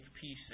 peace